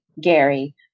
Gary